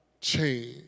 change